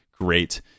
great